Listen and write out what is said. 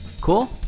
Cool